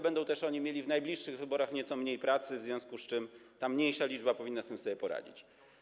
Będą też oni mieli w najbliższych wyborach nieco mniej pracy, w związku z czym ta mniejsza liczba powinna z tym sobie poradzić.